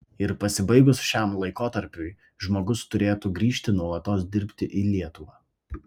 ir pasibaigus šiam laikotarpiui žmogus turėtų grįžti nuolatos dirbti į lietuvą